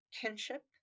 kinship